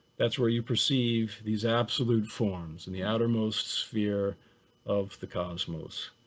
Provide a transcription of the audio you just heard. that's where you perceive these absolute forms in the outermost sphere of the cosmos.